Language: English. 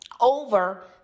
over